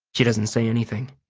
she doesn't say anything.